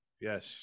Yes